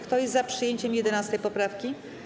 Kto jest za przyjęciem 11. poprawki?